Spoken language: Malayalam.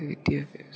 ഈ വിദ്യാഭ്യാസ